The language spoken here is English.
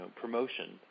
promotion